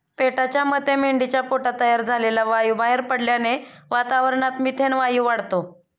पेटाच्या मते मेंढीच्या पोटात तयार झालेला वायू बाहेर पडल्याने वातावरणात मिथेन वायू वाढतो